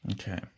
Okay